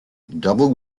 double